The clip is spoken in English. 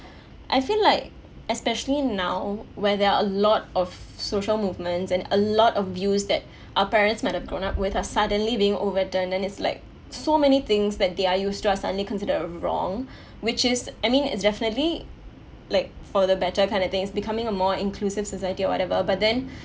I feel like especially now where there are a lot of social movements and a lot of views that our parents might have grown up with are suddenly being overdone and it's like so many things that they are used to are suddenly considered wrong which is I mean it's definitely like for the better kind of things becoming a more inclusive society or whatever but then